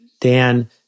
Dan